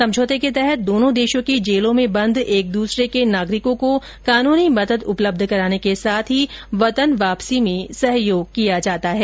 समझौते के तहत दोनो देशों की जेलों में बंद एक दूसरे के नागरिकों को कोनूनी मदद उपलब्ध कराने के साथ वतन वापसी में सहयोग किया जाता है